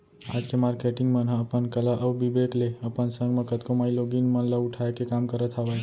आज के मारकेटिंग मन ह अपन कला अउ बिबेक ले अपन संग म कतको माईलोगिन मन ल उठाय के काम करत हावय